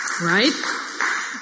Right